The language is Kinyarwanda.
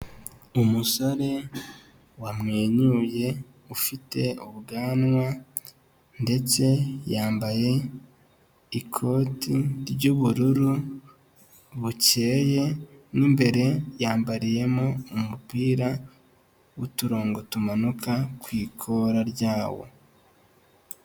Umusore wamwenyuye, ufite ubwanwa ndetse yambaye ikoti ry'ubururu bukeye, mo imbere yambariyemo umupira w'uturongo tumanuka ku ikora ryawo.